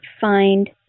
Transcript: find